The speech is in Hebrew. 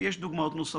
יש דוגמאות נוספות.